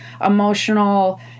emotional